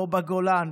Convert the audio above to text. אין בגולן.